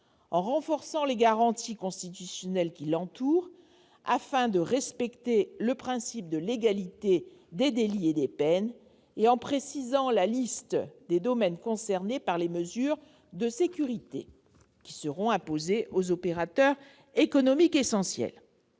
en renforçant les garanties constitutionnelles qui l'entourent, afin de respecter le principe de légalité des délits et des peines, et en précisant la liste des domaines concernés par les mesures de sécurité qui seront imposées aux opérateurs économiques essentiels.